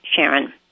Sharon